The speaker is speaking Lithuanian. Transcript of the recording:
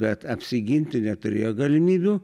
bet apsiginti neturėjo galimybių